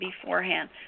beforehand